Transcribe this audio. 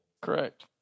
Correct